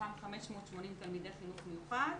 מתוכם 580 תלמידי חינוך מיוחד.